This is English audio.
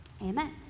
amen